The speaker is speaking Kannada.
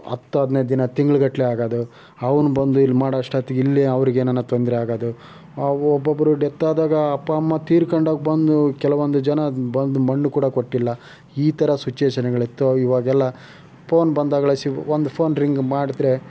ಹತ್ತೋ ಹದ್ನೈದು ದಿನ ತಿಂಗ್ಳಗಟ್ಲೆ ಆಗೋದು ಅವ್ನು ಬಂದು ಇಲ್ಲಿ ಮಾಡೋ ಅಷ್ಟೊತ್ತಿಗೆ ಇಲ್ಲಿ ಅವ್ರಿಗೇನಾರು ತೊಂದರೆ ಆಗೋದು ಅವು ಒಬ್ಬೊಬ್ರು ಡೆತ್ ಆದಾಗ ಅಪ್ಪ ಅಮ್ಮ ತೀರ್ಕೊಂಡಾಗ ಬಂದು ಕೆಲವೊಂದು ಜನ ಅದನ್ನು ಬಂದು ಮಣ್ಣು ಕೂಡ ಕೊಟ್ಟಿಲ್ಲ ಈ ಥರ ಸ್ವಿಚುವೇಷನ್ಗಳಿತ್ತು ಅವ ಇವಾಗೆಲ್ಲ ಪೋನ್ ಬಂದಾಗಳಿಸಿ ಒಂದು ಫೋನ್ ರಿಂಗ್ ಮಾಡಿದ್ರೆ